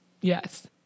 Yes